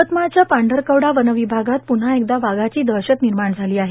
यवतमाळच्या पांढरकवडा वर्नावभागात पून्हा एकदा वाघाची दहशत निमाण झाली आहे